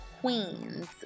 queens